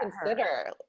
consider